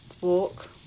Walk